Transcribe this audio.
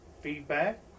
feedback